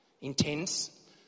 intense